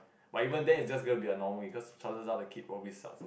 but even then it just go to be normal because chances are the kid probably sucks